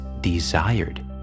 desired